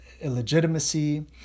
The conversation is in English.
illegitimacy